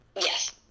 Yes